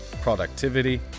productivity